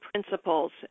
principles